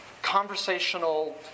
Conversational